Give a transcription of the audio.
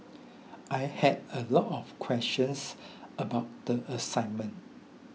I had a lot of questions about the assignment